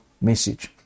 message